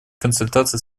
консультации